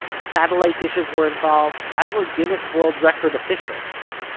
satellite dishes were involved as were guinness world record officials.